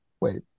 wait